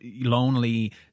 lonely